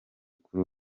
kuri